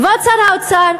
כבוד שר האוצר,